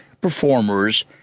performers